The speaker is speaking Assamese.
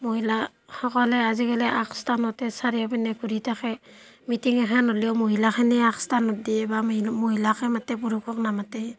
মহিলাসকলে আজিকালি আগস্থানতে চাৰিওপিনে ঘূৰি থাকে মিটিং এখান হ'লিও মহিলাখিনিয়ে আগস্থানত দিয়ে বা মহিন মহিলাকে মাতে পুৰুষক নামাতে